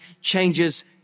changes